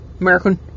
American